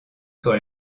sur